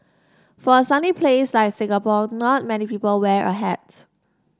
for a sunny place like Singapore not many people wear a hats